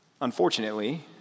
Unfortunately